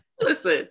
listen